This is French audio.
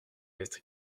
être